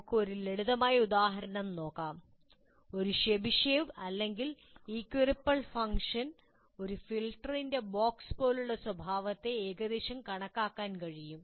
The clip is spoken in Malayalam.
നമുക്ക് ഒരു ലളിതമായ ഉദാഹരണം നോക്കാം ഒരു ചെബിഷെവ് അല്ലെങ്കിൽ ഇക്വി റിപ്പിൾ ഫംഗ്ഷന് ഒരു ഫിൽട്ടറിന്റെ ബോക്സ് പോലുള്ള സ്വഭാവത്തെ ഏകദേശം കണക്കാക്കാൻ കഴിയും